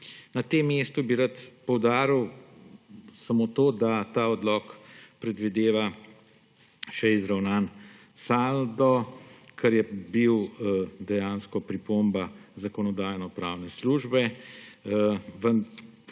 Na tem mestu bi rad poudaril samo to, da ta odlok predvideva še izravnan saldo, kar je bila formalna pripomba Zakonodajno-pravne službe,